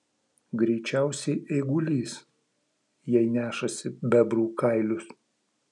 greičiausiai eigulys jei nešasi bebrų kailius